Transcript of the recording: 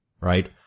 right